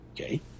okay